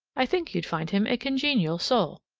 i think you'd find him a congenial soul.